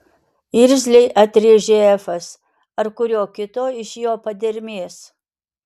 irzliai atrėžė efas ar kurio kito iš jo padermės